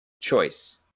choice